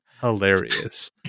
hilarious